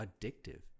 addictive